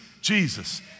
Jesus